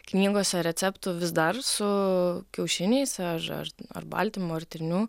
knygose receptų vis dar su kiaušiniais ar ar ar baltymu ar tryniu